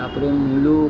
তাপরে মুলুক